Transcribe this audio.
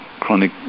chronic